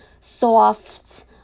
soft